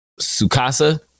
Sukasa